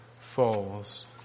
falls